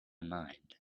mind